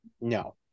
no